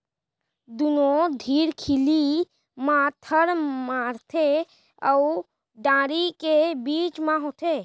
दुनो धुरखिली म थर माड़थे अउ डांड़ी के बीच म होथे